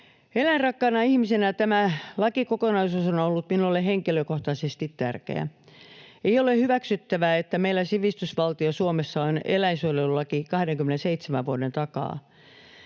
Eläinrakkaana ihmisenä tämä lakikokonaisuus on ollut minulle henkilökohtaisesti tärkeä. Ei ole hyväksyttävää, että meillä sivistysvaltio Suomessa on eläinsuojelulaki 27 vuoden takaa.